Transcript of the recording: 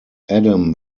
adam